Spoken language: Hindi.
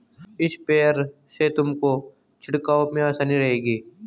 स्प्रेयर से तुमको छिड़काव में आसानी रहेगी